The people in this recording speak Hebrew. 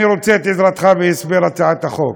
אני רוצה את עזרתך בהסבר הצעת החוק.